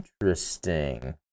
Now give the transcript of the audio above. Interesting